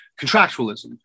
contractualism